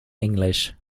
english